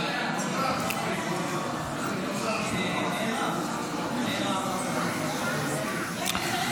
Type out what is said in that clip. וישראל ביתנו להביע אי-אמון בממשלה לא נתקבלו.